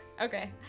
Okay